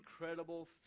incredible